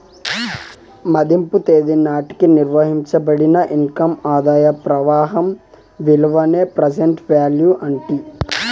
మదింపు తేదీ నాటికి నిర్వయించబడిన ఇన్కమ్ ఆదాయ ప్రవాహం విలువనే ప్రెసెంట్ వాల్యూ అంటీ